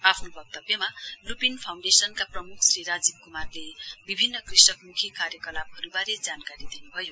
आफ्नो वक्तव्यमा लुपिन फाउन्डेशनका प्रमुख श्री श्री राजीव क्मारले विभिन्न कृषकमुखी कार्य कलापहरूबारे जानकारी दिनुभयो